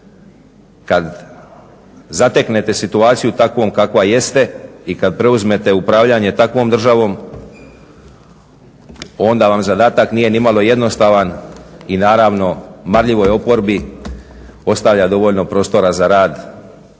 Kad zateknete situaciju takvom kakva jeste, i kad preuzmete upravljanje takvom državom, onda vam zadatak nije nimalo jednostavan i naravno marljivoj oporbi ostavlja dovoljno prostora za rad,